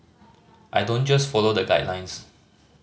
I don't just follow the guidelines